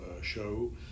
show